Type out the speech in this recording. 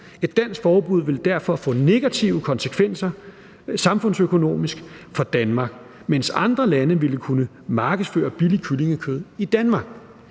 Et dansk forbud ville derfor få negative konsekvenser samfundsøkonomisk for Danmark, mens andre lande ville kunne markedsføre billigt kyllingekød i Danmark.